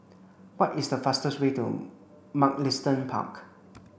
what is the fastest way to Mugliston Park